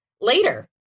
later